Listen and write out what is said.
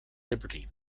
liberty